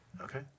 Okay